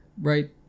Right